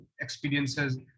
experiences